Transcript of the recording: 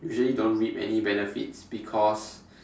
usually don't reap any benefits because